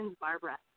Barbara